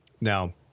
Now